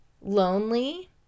Lonely